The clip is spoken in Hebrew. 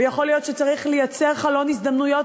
ויכול להיות שצריך לייצר חלון הזדמנויות